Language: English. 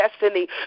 destiny